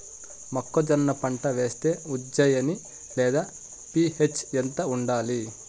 మొక్కజొన్న పంట వేస్తే ఉజ్జయని లేదా పి.హెచ్ ఎంత ఉండాలి?